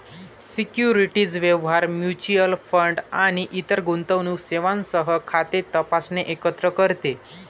securities व्यवहार, mutual fund आणि इतर गुंतवणूक सेवांसह खाते तपासणे एकत्र करते